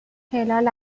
هلال